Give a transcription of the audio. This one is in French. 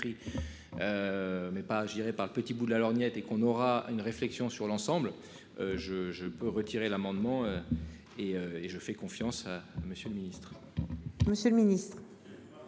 Mais pas je dirais par le petit bout de la lorgnette et qu'on aura une réflexion sur l'ensemble. Je je peux retirer l'amendement. Et et je fais confiance. Monsieur le Ministre. Monsieur le Ministre.